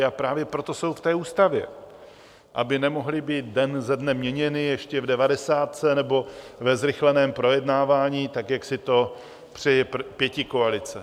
A právě proto jsou v té ústavě, aby nemohla být den ze dne měněna, ještě v devadesátce, nebo ve zrychleném projednávání, jak si to přeje pětikoalice.